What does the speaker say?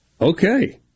Okay